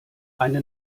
eine